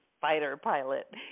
Spider-Pilot